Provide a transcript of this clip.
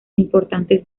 importantes